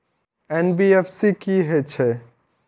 NBFC की हे छे?